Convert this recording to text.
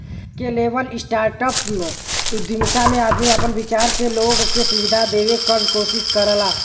scalable startup उद्यमिता में आदमी आपन विचार से लोग के सुविधा देवे क कोशिश करला